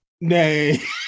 Nay